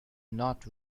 not